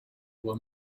were